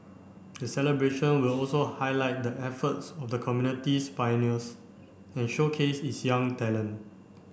the celebration will also highlight the efforts of the community's pioneers and showcase its young talent